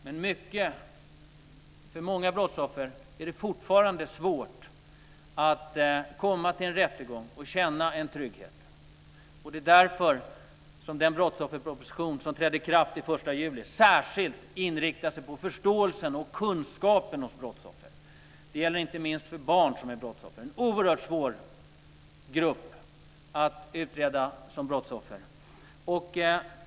Men för många brottsoffer är det fortfarande svårt att känna en trygghet vid en rättegång. Det är därför som förslagen i brottsofferpropositionen som träder i kraft den 1 juli särskilt inriktar sig på förståelsen och kunskapen hos brottsoffer. Det gäller inte minst när det är barn som är brottsoffer, som är en mycket svår grupp att utreda.